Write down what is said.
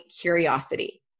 curiosity